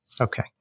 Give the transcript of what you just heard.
okay